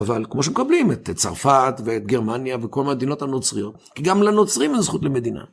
אבל כמו שמקבלים את צרפת, ואת גרמניה, וכל מדינות הנוצריות, כי גם לנוצרים זו זכות למדינה.